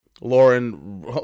Lauren